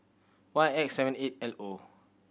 Y X seventy eight L O